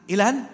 Ilan